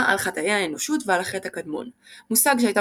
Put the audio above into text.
על חטאי האנושות ועל החטא הקדמון – מושג שהייתה